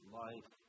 life